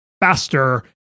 faster